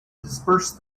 disperse